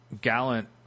Gallant